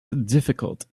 difficult